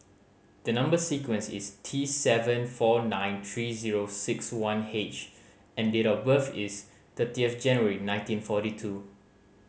the number sequence is T seven four nine three zero six one H and date of birth is thirty of January nineteen forty two